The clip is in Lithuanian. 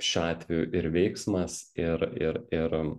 šiuo atveju ir veiksmas ir ir ir